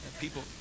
people